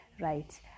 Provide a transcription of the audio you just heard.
right